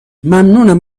ممنونم